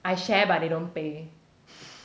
I share but they don't pay